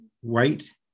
white